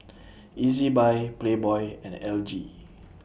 Ezbuy Playboy and L G